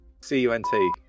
C-U-N-T